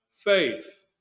faith